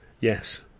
Yes